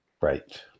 Right